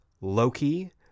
Loki